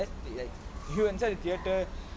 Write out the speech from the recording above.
that's like that's you inside the theatre